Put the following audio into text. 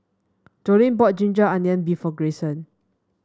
Joline bought ginger onion beef for Greyson